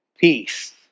peace